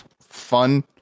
fun